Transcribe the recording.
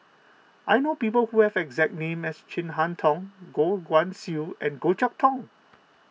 I know people who have the exact name as Chin Harn Tong Goh Guan Siew and Goh Chok Tong